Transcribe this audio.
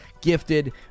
gifted